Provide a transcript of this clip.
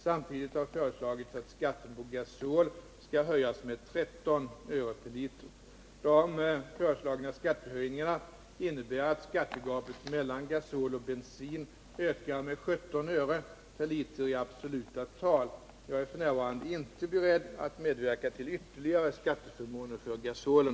Samtidigt har föreslagits att skatten på gasol skall höjas med 13 öre per liter. De föreslagna skattehöjningarna innebär att skattegapet mellan gasol och bensin ökar med 17 öre per liter i absoluta tal. Jag är f. n. inte beredd att medverka till ytterligare skatteförmåner för gasolen.